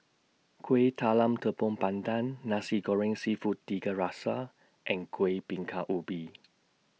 Kuih Talam Tepong Pandan Nasi Goreng Seafood Tiga Rasa and Kuih Bingka Ubi